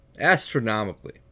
Astronomically